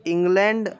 England